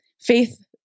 Faith